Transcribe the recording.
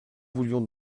voulions